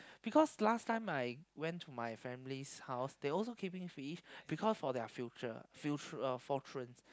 because last time I went to my family's house they also keeping fish because for their future future uh fortune